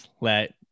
let